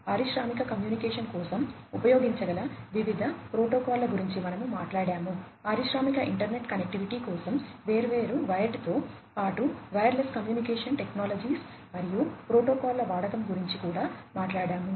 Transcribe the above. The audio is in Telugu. పారిశ్రామిక కమ్యూనికేషన్ కోసం ఉపయోగించగల వివిధ ప్రోటోకాల్ల గురించి మనము మాట్లాడాము పారిశ్రామిక ఇంటర్నెట్ కనెక్టివిటీ కోసం వేర్వేరు వైర్డుతో పాటు వైర్లెస్ కమ్యూనికేషన్ టెక్నాలజీస్ మరియు ప్రోటోకాల్ల వాడకం గురించి కూడా మాట్లాడాము